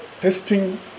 testing